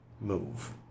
move